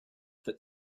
that